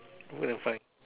go there find